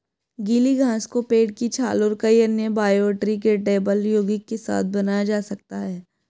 गीली घास को पेड़ की छाल और कई अन्य बायोडिग्रेडेबल यौगिक के साथ बनाया जा सकता है